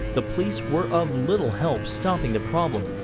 the police were of little help stopping the problem.